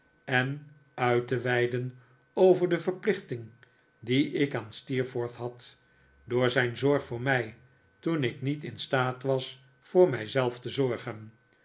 en uit te weiden over de verplichting die ik aan steerforth had door zijn zorg voor mij toen ik niet in staat was voor mij zelf te zorgen